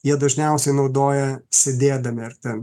jie dažniausiai naudoja sėdėdami ar ten